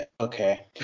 okay